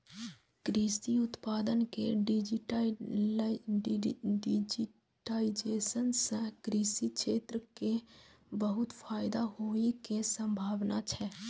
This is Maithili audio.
कृषि उत्पाद के डिजिटाइजेशन सं कृषि क्षेत्र कें बहुत फायदा होइ के संभावना छै